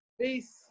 Peace